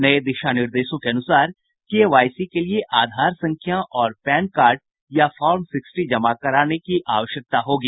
नये दिशा निर्देशों के अनुसार के वाई सी के लिये आधार संख्या और पैन संख्या या फार्म सिक्सटी जमा कराने की आवश्यकता होगी